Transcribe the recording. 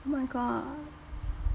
oh my god